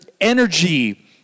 energy